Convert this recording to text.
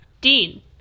Dean